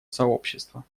сообщества